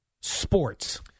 Sports